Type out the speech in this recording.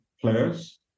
players